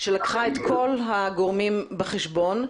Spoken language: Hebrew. שלקחה את כל הגורמים בחשבון,